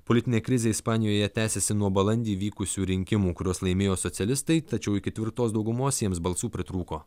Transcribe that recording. politinė krizė ispanijoje tęsiasi nuo balandį vykusių rinkimų kuriuos laimėjo socialistai tačiau iki tvirtos daugumos jiems balsų pritrūko